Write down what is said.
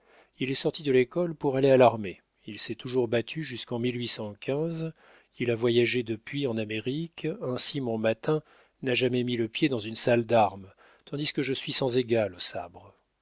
il est sorti de l'école pour aller à l'armée il s'est toujours battu jusqu'en et ayé depuis en amérique ainsi mon mâtin n'a jamais mis le pied dans une salle d'armes tandis que je suis sans égal au sabre le sabre